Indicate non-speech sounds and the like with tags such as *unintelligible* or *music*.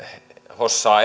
hossaa *unintelligible*